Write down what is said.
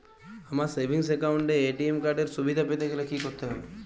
আমার savings account এ ATM card এর সুবিধা পেতে গেলে কি করতে হবে?